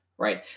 right